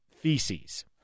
feces